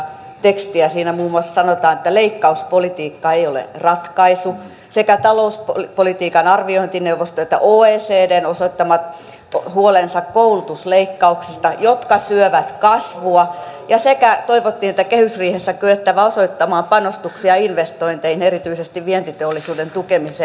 siinä muun muassa sanotaan että leikkauspolitiikka ei ole ratkaisu sekä talouspolitiikan arviointineuvosto että oecd osoittavat huolensa koulutusleikkauksista jotka syövät kasvua ja toivotaan että kehysriihessä on kyettävä osoittamaan panostuksia investointeihin erityisesti vientiteollisuuden tukemiseen